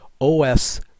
OS